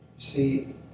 See